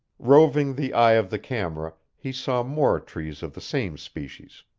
roving the eye of the camera, he saw more trees of the same species.